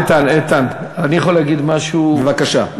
איתן, איתן, איתן, אני יכול להגיד משהו, בבקשה.